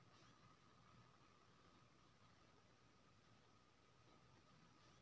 आलू के झुलसा रोग से बचाबै के लिए केना कीटनासक के प्रयोग करू